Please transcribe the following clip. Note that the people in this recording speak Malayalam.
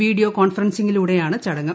വീഡിയോ കോൺഫറൻസിംഗിലൂടെയാണ് ചടങ്ങ്